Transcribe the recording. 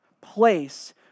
place